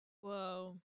Whoa